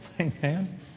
Amen